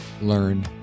learn